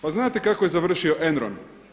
Pa znate kako je završio Enron?